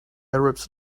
arabs